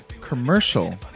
commercial